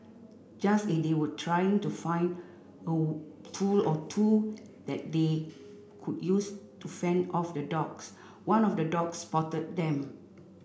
just as they were trying to find oh tool or two that they could use to fend off the dogs one of the dogs spotted them